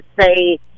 say